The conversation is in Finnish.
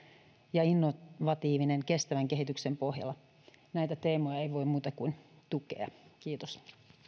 ja innovatiivinen kestävän kehityksen pohjola näitä teemoja ei voi muuta kuin tukea kiitos